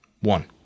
One